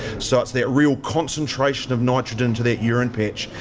so it's that real concentration of nitrogen to that urine patch,